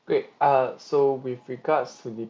great uh so with regards to the